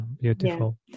beautiful